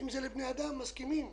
אם זה לבני אדם היינו מסכימים,